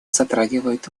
затрагивает